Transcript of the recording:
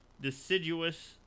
deciduous